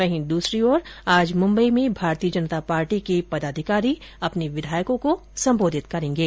वहीं दूसरी ओर आज मुंबई में भारतीय जनता पार्टी के पदाधिकारी अपने विधायकों को सम्बोधित करेंगे